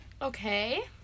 Okay